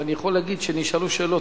ואני יכול להגיד שנשאלו שאלות,